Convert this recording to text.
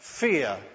Fear